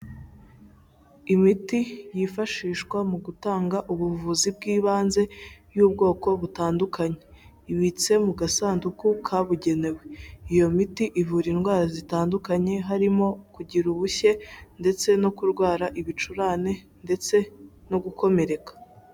Imiti yifashishwa mu gutanga ubuvuzi bw'ibanze, y'ubwoko butandukanye, ibitse mu gasanduku kabugenewe, iyo miti ivura indwara zitandukanye, harimo kugira ubushye, ndetse no kurwara ibicurane, ndetse no gukomereka.